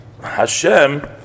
Hashem